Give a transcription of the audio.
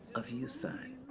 of you, son.